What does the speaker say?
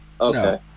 Okay